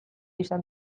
izan